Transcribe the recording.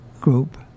group